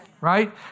Right